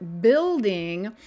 building